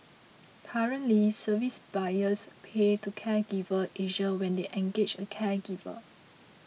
currently service buyers pay to Caregiver Asia when they engage a caregiver